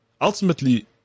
ultimately